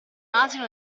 asino